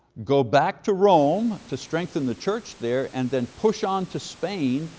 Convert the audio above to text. go back to rome to strengthen the church there, and then push on to spain,